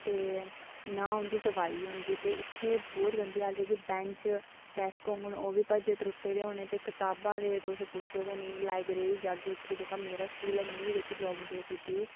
ते ना उं'दी सफाई होंदी ते इत्थें बहुत गंदी हालत ते बैंच डैस्क होङन ते ओह्बी भज्जे त्रुट्टे दे होने ते कताबां ते तुस पुच्छो गै नेईं लाईब्रेरी जाह्गे ते जेह्का मेरा स्कूल ऐ जेह्की प्रॉब्लम फेस कीती दी